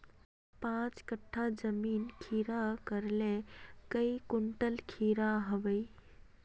पाँच कट्ठा जमीन खीरा करले काई कुंटल खीरा हाँ बई?